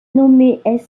nommées